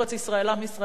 תורת ישראל,